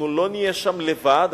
אנחנו לא נהיה שם לבד,